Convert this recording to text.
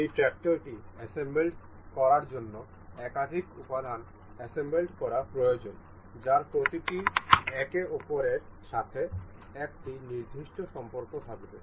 এই ট্র্যাক্টরটি অ্যাসেম্বলড করার জন্য একাধিক উপাদান অ্যাসেম্বলড করা প্রয়োজন যার প্রতিটির একে অপরের সাথে একটি নির্দিষ্ট সম্পর্ক থাকবে